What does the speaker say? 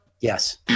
Yes